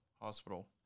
hospital